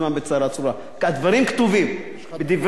הדברים כתובים בדברי ימי,